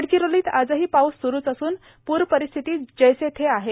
गडचिरोलीत आजही पाऊस सुरुच असून पूर परिस्थिती जैसे थे आहे